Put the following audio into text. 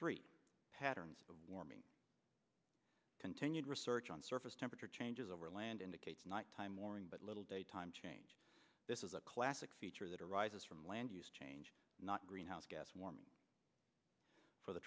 three patterns of warming continued research on surface temperature changes over land indicates nighttime warming but little daytime change this is a classic feature that arises from land use change not greenhouse gas warming for the